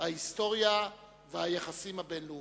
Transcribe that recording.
ההיסטוריה והיחסים הבין-לאומיים.